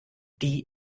die